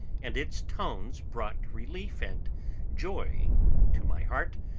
and its tones brought relief and joy to my heart,